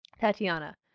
Tatiana